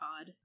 odd